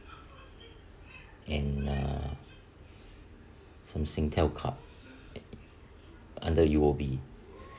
and uh some Singtel card under U_O_B